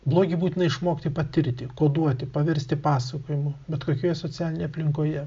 blogį būtina išmokti patirti koduoti paversti pasakojimu bet kokioje socialinėje aplinkoje